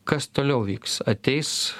kas toliau vyks ateis